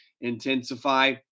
intensify